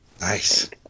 Nice